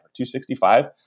265